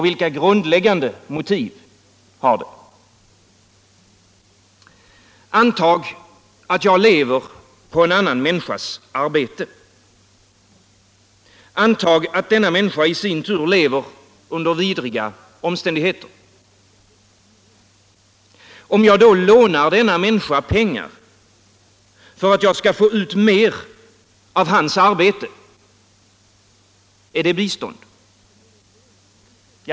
Vilka grundläggande motiv har det? Antag att jag lever på en annan människas arbete. Antag att denna människa i sin tur lever under vidriga omständigheter. Om jag då lånar denna människa pengar för att jag skall få ut mer av hans arbete — är det bistånd?